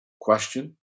question